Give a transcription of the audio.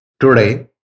Today